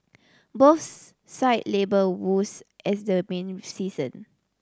both cited labour woes as the main season